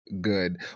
good